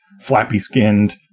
flappy-skinned